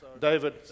David